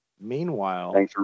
Meanwhile